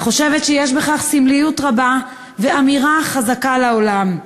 אני חושבת שיש בכך סמליות רבה ואמירה חזקה לעולם,